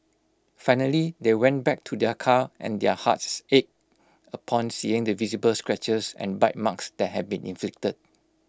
finally they went back to their car and their hearts's ached upon seeing the visible scratches and bite marks that had been inflicted